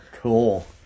Cool